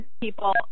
people